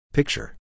Picture